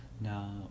now